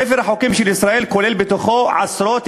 ספר החוקים של ישראל כולל בתוכו עשרות,